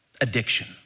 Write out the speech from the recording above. addiction